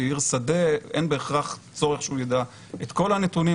עיר שדה אין בהכרח צורך שהוא ידע את כל הנתונים,